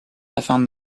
afin